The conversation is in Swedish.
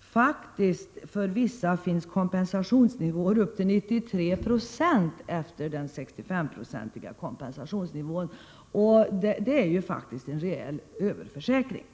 faktiskt för vissa finns kompensationsnivåer på 93 26 efter den 65-procentiga kompensationsnivån. Det är faktiskt en reell överförsäkring.